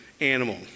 animal